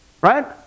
Right